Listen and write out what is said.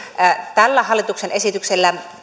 tällä hallituksen esityksellä